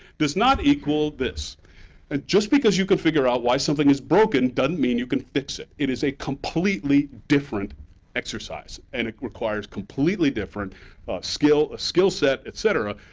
does not equal this. and just because you can figure out why something is broken, doesn't mean that you can fix it. it is a completely different exercise. and it requires completely different skill skill set, et cetera.